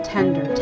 Tender